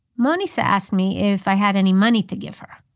manisha asked me if i had any money to give her.